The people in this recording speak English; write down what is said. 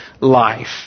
life